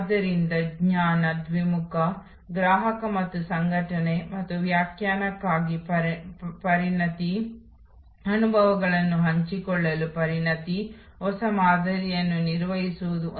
ಆದ್ದರಿಂದ ಪ್ರಮುಖ ಸೇವೆಯೆಂದರೆ ಆಹಾರ ಮತ್ತು ಪಾನೀಯಗಳ ಪೂರೈಕೆ ನಾವು ಸೇವೆಯ ಹೂವಿನ ಮಾದರಿಯನ್ನು ಚರ್ಚಿಸಿದ್ದೇವೆ